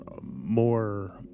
more